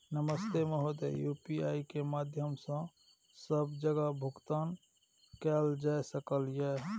नमस्ते महोदय, यु.पी.आई के माध्यम सं सब जगह भुगतान कैल जाए सकल ये?